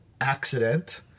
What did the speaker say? accident